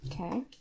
Okay